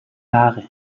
haare